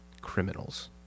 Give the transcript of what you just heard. Criminals